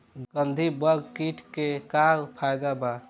गंधी बग कीट के का फायदा बा?